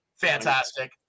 Fantastic